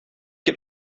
heb